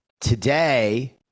Today